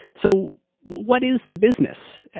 so what is the business?